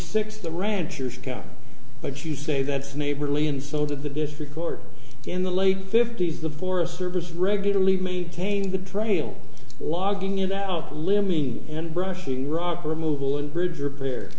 six the rancher's county but you say that's neighborly and so did the district court in the late fifty's the forest service regularly maintained the trail logging it out limby and brushing rock removal and bridge